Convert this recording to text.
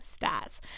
stats